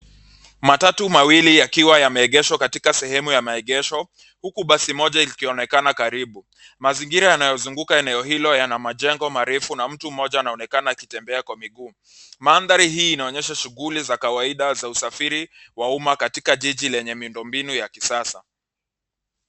Matatu mawili yakiwa yameegeshwa katika sehemu ya maegesho huku basi moja likionekana karibu. Mazingira yanayozunguka eneo hilo yana majengo marefu na mtu moja anaonekana akitembea kwa miguu. Mandhari hii inaonyesha shuguli za kawaida za usafiri wa umma katika jiji lenye miundombinu ya kisasa.